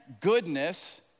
goodness